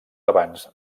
abans